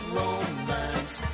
romance